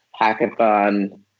hackathon